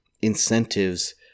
incentives